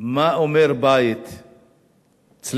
מה אומר בית אצלנו,